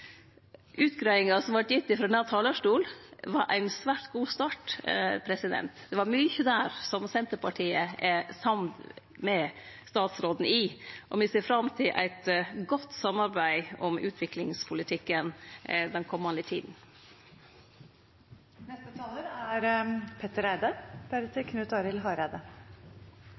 Utgreiinga som vart gitt frå denne talarstolen, var ein svært god start. Det var mykje der som Senterpartiet er samd med statsråden i, og me ser fram til eit godt samarbeid om utviklingspolitikken i den komande tida. Jeg tror det er